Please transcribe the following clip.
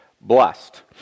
blessed